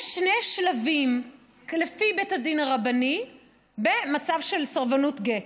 יש שני שלבים לפי בית הדין הרבני במצב של סרבנות גט.